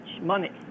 money